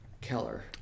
Keller